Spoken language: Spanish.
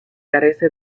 carece